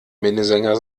minnesänger